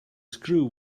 screw